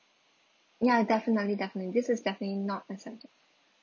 ya definitely definitely this is definitely not accepted